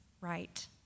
right